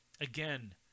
Again